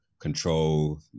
control